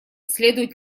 следует